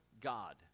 God